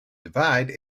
divide